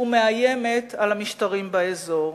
ומאיימת על המשטרים באזור.